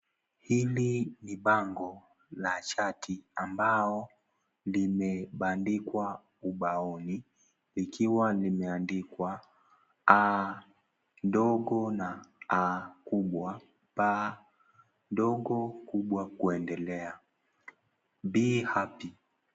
Hili ni bango la chati, ambao limebandikwa ubaoni, likiwa limeandikwa, a, ndogo na A, kubwa, b, ndogo, kubwa kuendelea. Be happy .